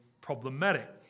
problematic